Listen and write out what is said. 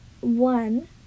one